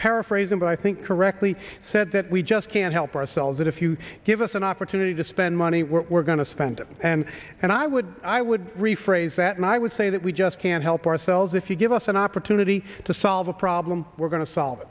paraphrase him but i think correctly said that we just can't help ourselves that if you give us an opportunity to spend money we're going to spend and and i would i would rephrase that and i would say that we just can't help ourselves if you give us an opportunity to solve a problem we're going to solve it